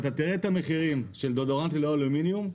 אם אתה תראה את המחירים של דיאודורנט ללא אלומיניום,